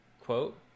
quote